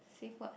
save what